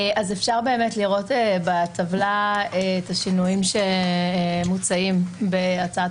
אפשר לראות בטבלה את השינויים שמוצעים בהצעת